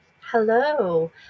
Hello